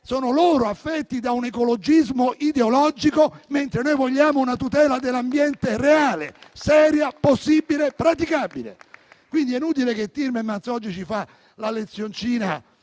ad essere affetti da un ecologismo ideologico, mentre noi vogliamo una tutela dell'ambiente reale, seria, possibile e praticabile, quindi è inutile che oggi Timmermans faccia la lezioncina